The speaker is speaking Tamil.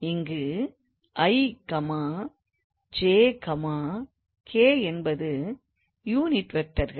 இங்குi j k என்பது யூனிட் வெக்டர்கள்